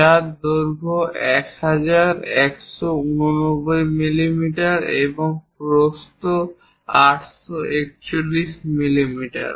যার দৈর্ঘ্য 1189 মিলিমিটার এবং প্রস্থ 841 মিলিমিটার